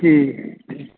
ठीक है ठीक